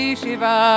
shiva